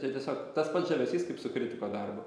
tai tiesiog tas pats žavesys kaip su kritiko darbu